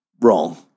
Wrong